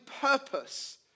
purpose